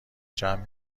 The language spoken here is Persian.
جمع